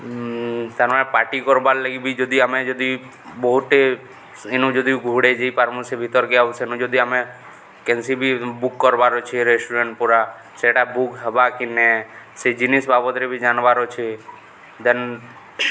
ତାର୍ମାନେ ପାର୍ଟି କର୍ବାର୍ ଲାଗି ବି ଯଦି ଆମେ ଯଦି ବହୁତ୍ଟେ ଇନୁ ଯଦି ଗୁହୁଡ଼େ ଯାଇ ପାର୍ମୁ ସେ ଭିତର୍କେ ଆଉ ସେନୁ ଯଦି ଆମେ କେନ୍ସି ବି ବୁକ୍ କର୍ବାର୍ ଅଛେ ରେଷ୍ଟୁରାଣ୍ଟ୍ ପୁରା ସେଇଟା ବୁକ୍ ହେବା କି ନେ ସେ ଜିନିଷ୍ ବାବଦରେ ବି ଜାନ୍ବାର୍ ଅଛେ ଦେନ୍